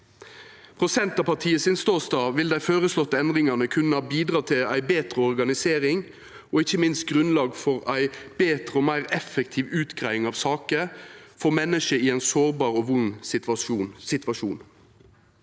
Frå Senterpartiet sin ståstad vil dei føreslåtte endringane kunna bidra til ei betre organisering og ikkje minst gje grunnlag for betre og meir effektiv utgreiing av saker for menneske i ein sårbar og vond situasjon.